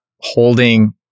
holding